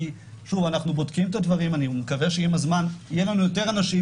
כי אנחנו בודקים את הדברים ואני מקווה שעם הזמן יהיו לנו יותר אנשים,